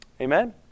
Amen